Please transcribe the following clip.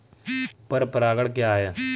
पर परागण क्या है?